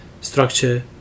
structure